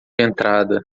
entrada